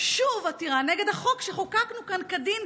שוב עתירה נגד החוק שחוקקנו כאן כדין,